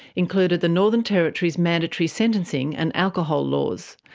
included the northern territory's mandatory sentencing and alcohol laws,